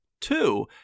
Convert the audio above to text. Two